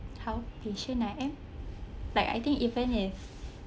how patient I am like I think even if